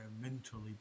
mentally